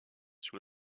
sur